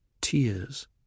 Tears